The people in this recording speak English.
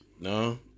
No